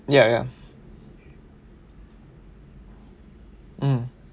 ya ya mm